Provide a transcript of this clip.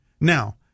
now